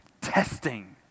testing